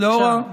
בבקשה.